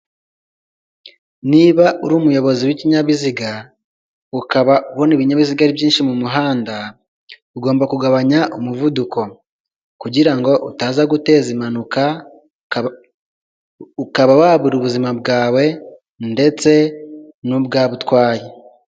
Niba uri umuyobozi w'ikinyabiziga ukaba ubona ibinyabiziga byinshi mu muhanda ugomba kugabanya umuvuduko kugirango utaza guteza impanuka ukaba wabura ubuzima bwawe ndetse n'ubwa ub'utwaye.